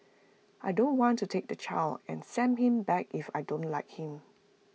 I don't want to take the child and send him back if I don't like him